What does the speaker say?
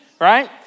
right